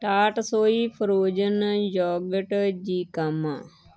tatsoi frozen yogurt jicama